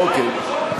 אוקיי.